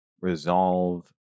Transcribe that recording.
resolve